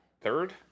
Third